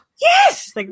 Yes